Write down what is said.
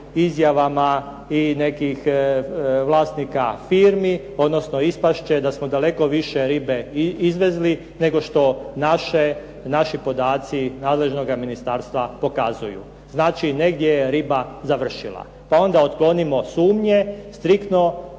izjavama i nekih vlasnika firmi, odnosno ispast će da smo daleko više ribe izvezli nego što naši podaci nadležnoga ministarstva pokazuju. Znači negdje je riba završila, pa onda otklonimo sumnje, striktno